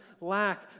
lack